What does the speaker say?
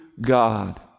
God